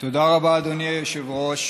תודה רבה, אדוני היושב-ראש.